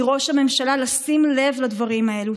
מראש הממשלה, לשים לב לדברים האלה.